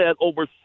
over